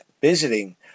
visiting